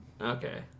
Okay